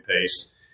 pace